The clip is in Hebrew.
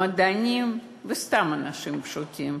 מדענים, וסתם אנשים פשוטים.